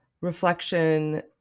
reflection